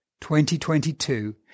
2022